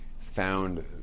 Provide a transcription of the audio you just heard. found